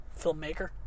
filmmaker